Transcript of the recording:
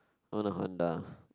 no the Honda